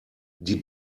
die